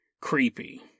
creepy